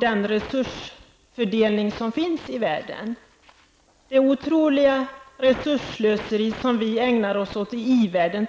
den resursfördelning som finns i världen och det otroliga resursslöseri som vi ägnar oss åt i i-världen?